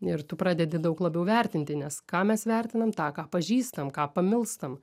ir tu pradedi daug labiau vertinti nes ką mes vertinam tą ką pažįstam ką pamilstam